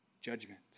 judgment